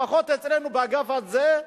לפחות אצלנו, באגף הזה,